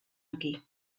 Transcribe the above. aquí